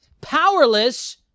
powerless